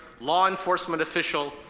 law-enforcement official,